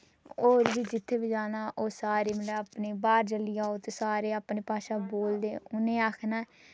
होर बी जित्थै बी जाना ओह् सारे मतलब अपनी बाह्र चली जाओ ते सारे अपनी भाशा बोलदे उ'ने आखना